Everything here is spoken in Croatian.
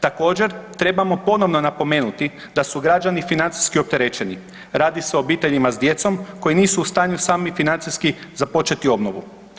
Također trebamo ponovno napomenuti da su građani financijski opterećeni, radi se o obiteljima s djecom koji nisu u stanju sami financijski započeti obnovu.